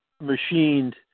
machined